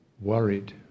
worried